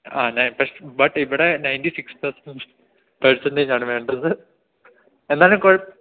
ആ ബട്ട് ഇവിടെ ninety six percent പെർസെൻ്റേജാണ് വേണ്ടത് എന്നാലും കൊഴ